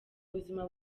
ubuzima